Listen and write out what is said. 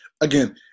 Again